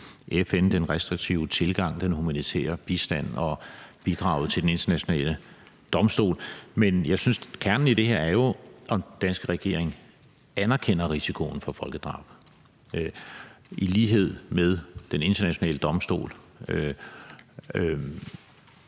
FN, den restriktive tilgang, den humanitære bistand og bidraget til Den Internationale Domstol. Men jeg synes jo, at kernen i det her er, om den danske regering anerkender risikoen for folkedrab i lighed med Den Internationale Domstol.